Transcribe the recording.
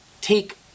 take